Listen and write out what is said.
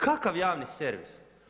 Kakav javni servis?